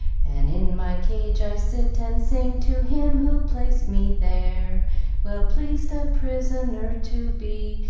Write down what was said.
and in my cage i sit and sing to him who placed me there well pleased a prisoner to be,